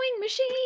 machine